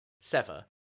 sever